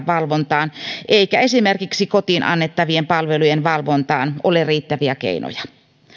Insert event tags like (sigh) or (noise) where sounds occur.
(unintelligible) valvontaan eikä esimerkiksi kotiin annettavien palvelujen valvontaan ole riittäviä keinoja